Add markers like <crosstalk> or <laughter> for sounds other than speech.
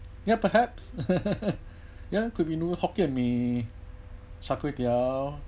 ya perhaps <laughs> you could be noodle hokkien mee char kway teow